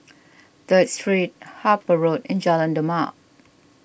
the three Harper Road and Jalan Demak